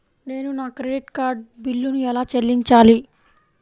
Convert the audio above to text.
నేను నా credit card బిల్లును ఎలా చెల్లించాలీ?